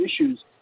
issues